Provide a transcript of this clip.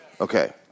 Okay